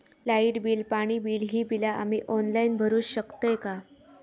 Light bill, पाणी bill, ही बिला आम्ही ऑनलाइन भरू शकतय का?